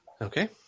Okay